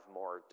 more